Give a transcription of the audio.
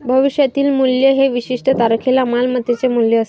भविष्यातील मूल्य हे विशिष्ट तारखेला मालमत्तेचे मूल्य असते